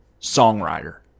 songwriter